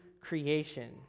creation